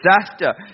disaster